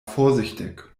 vorsichtig